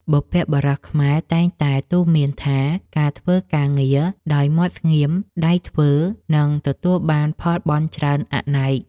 បុព្វបុរសខ្មែរតែងតែទូន្មានថាការធ្វើការងារដោយមាត់ស្ងៀមដៃធ្វើនឹងទទួលបានផលបុណ្យច្រើនអនេក។